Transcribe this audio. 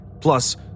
plus